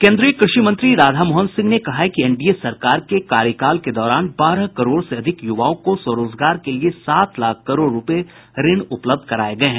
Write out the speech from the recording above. केन्द्रीय कृषि मंत्री राधामोहन सिंह ने कहा है कि एनडीए सरकार के कार्यकाल के दौरान बारह करोड़ से अधिक यूवाओं को स्वरोजगार के लिये सात लाख करोड़ रूपये ऋण उपलब्ध कराये गये हैं